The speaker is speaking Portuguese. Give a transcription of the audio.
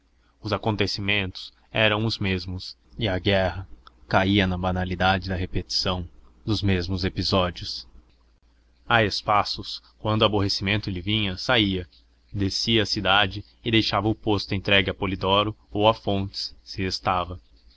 os acontecimentos eram os mesmos e a guerra caía na banalidade da repetição dos mesmos episódios a espaços quando o aborrecimento lhe vinha saía descia a cidade e deixava o posto entregue a polidoro ou a fontes se estava